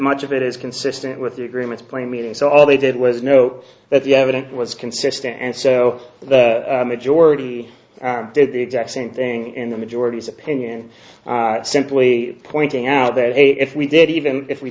much of it is consistent with the agreement plain meaning so all they did was note that the evidence was consistent and so the majority did the exact same thing in the majority opinion simply pointing out that if we did even if we